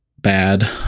bad